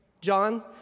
John